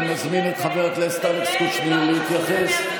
אני מזמין את חבר הכנסת אלכס קושניר להתייחס.